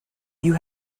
you